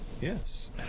Yes